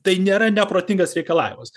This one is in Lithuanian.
tai nėra neprotingas reikalavimas